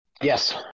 Yes